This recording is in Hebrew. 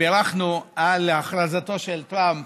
בירכנו על הכרזתו של טראמפ